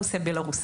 רוסיה ובלארוס,